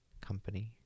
company